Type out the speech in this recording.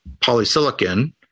polysilicon